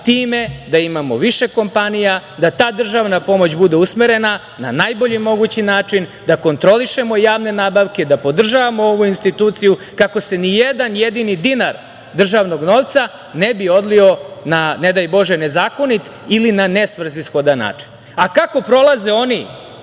time da imamo više kompanija, da ta državna pomoć bude usmerena na najbolji mogući način, da kontrolišemo javne nabavke, da podržavamo ovu instituciju kako se ni jedan jedini dinar držanog novca ne bi odlio na, ne daj Bože, nezakonit ili nesvrsishodan način. Kako prolaze oni